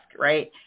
right